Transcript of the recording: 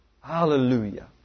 Hallelujah